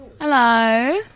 Hello